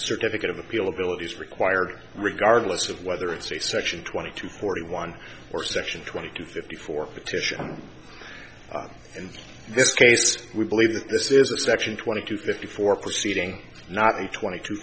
certificate of appeal ability is required regardless of whether it's a section twenty two forty one or section twenty two fifty four petition in this case we believe that this is a section twenty two fifty four proceeding not a twenty t